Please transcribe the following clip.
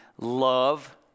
love